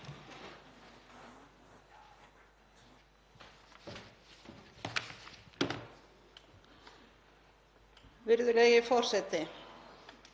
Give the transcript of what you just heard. Virðulegi forseti.